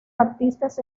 artistas